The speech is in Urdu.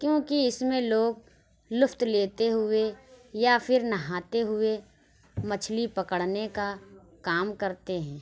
کیونکہ اس میں لوگ لفط لیتے ہوئے یا پھر نہاتے ہوئے مچھلی پکڑنے کا کام کرتے ہیں